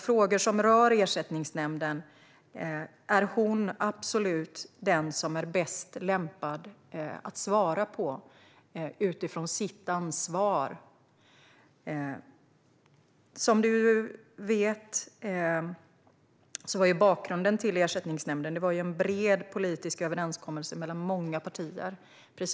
Frågor som rör Ersättningsnämnden är Lena Hallengren absolut den som är bäst lämpad att svara på utifrån sitt ansvar. Som Margareta Larsson nämner var bakgrunden till Ersättningsnämnden en bred politisk överenskommelse mellan många partier.